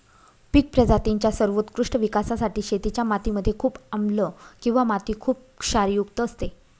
पिक प्रजातींच्या सर्वोत्कृष्ट विकासासाठी शेतीच्या माती मध्ये खूप आम्लं किंवा माती खुप क्षारयुक्त असते